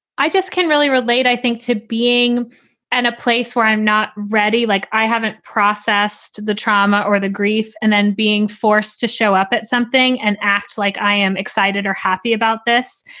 i just can really relate, i think, to being in and a place where i'm not ready, like i haven't processed the trauma or the grief and then being forced to show up at something and act like i am excited or happy about this.